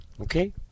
Okay